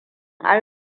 an